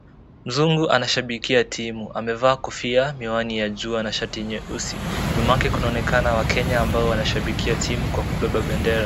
Mzungu anashabikia timu, amevaa kofia, miwani ya juu na shati nyeusi, nyuma yake kunaonekana Wakenya ambao wanashabikia timu kwa kubeba bendera.